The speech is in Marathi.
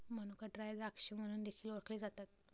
मनुका ड्राय द्राक्षे म्हणून देखील ओळखले जातात